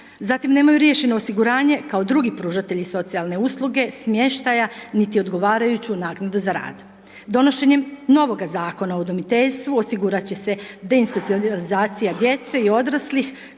Zatim, nemaju riješeno osiguranje kao drugi pružatelji socijalne usluge, smještaja, niti odgovarajuću naknadu za rad. Donošenjem novoga Zakona o udomiteljstvu, osigurat će se deinstitulizacija djece i odraslih